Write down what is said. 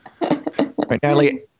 Natalie